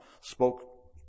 spoke